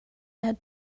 had